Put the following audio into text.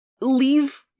Leave